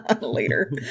later